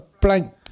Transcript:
blank